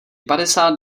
padesát